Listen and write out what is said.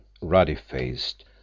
ruddy-faced